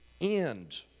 end